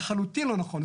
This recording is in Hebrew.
לחלוטין לא נכון.